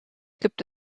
gibt